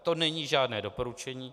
To není žádné doporučení.